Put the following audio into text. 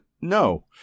no